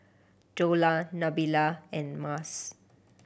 Dollah Nabila and Mas